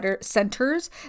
centers